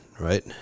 right